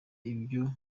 ibyo